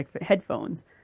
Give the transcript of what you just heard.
headphones